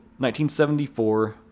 1974